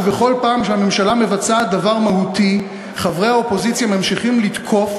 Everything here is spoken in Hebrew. ובכל פעם שהממשלה מבצעת דבר מהותי חברי האופוזיציה ממשיכים לתקוף,